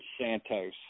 Santos